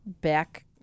back